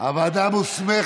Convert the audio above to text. זה עבר בזכותי,